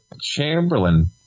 Chamberlain